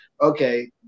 Okay